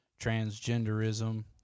transgenderism